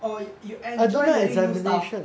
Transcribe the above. or you enjoy learning new stuff